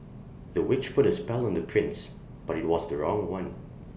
the witch put A spell on the prince but IT was the wrong one